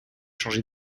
changé